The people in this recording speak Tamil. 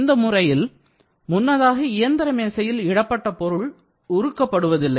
இந்த முறையில் முன்னதாக இயந்திர மேசையில் இடப்பட்ட பொருள் உருக்கப்படுவதில்லை